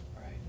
right